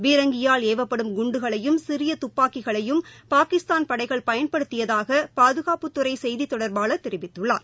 பீரங்கியால் ஏவப்படும் குண்டுகளையும் சிறியதுப்பாக்கிகளையும் பாகிஸ்தான் பளடகள் பயன்படுத்தியதாகபாதுகாப்புத்துறைசெய்திதொடர்பாளர் தெரிவித்துள்ளார்